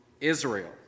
Israel